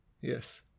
Yes